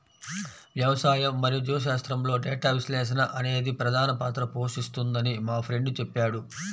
వ్యవసాయం మరియు జీవశాస్త్రంలో డేటా విశ్లేషణ అనేది ప్రధాన పాత్ర పోషిస్తుందని మా ఫ్రెండు చెప్పాడు